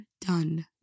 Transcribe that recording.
done